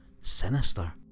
sinister